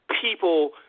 people